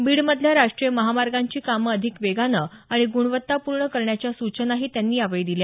बीडमधल्या राष्टीय महामार्गांची कामं अधिक वेगानं आणि गुणवत्ता पूर्ण करण्याच्या सूचनाही त्यांनी यावेळी दिल्या